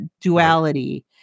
duality